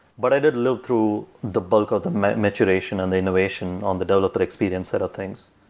but i did live through the bulk of the maturation and the innovation on the developer experience set of things.